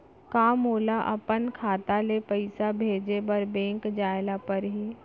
का मोला अपन खाता ले पइसा भेजे बर बैंक जाय ल परही?